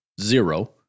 zero